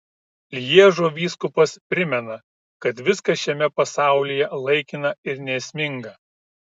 lježo vyskupas primena kad viskas šiame pasaulyje laikina ir neesminga